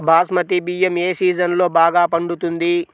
బాస్మతి బియ్యం ఏ సీజన్లో బాగా పండుతుంది?